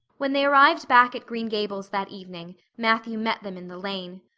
when they arrived back at green gables that evening matthew met them in the lane.